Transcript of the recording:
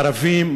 ערבים,